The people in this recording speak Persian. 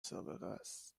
سابقست